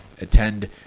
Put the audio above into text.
attend